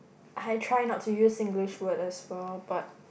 I try not to use Singlish word as well but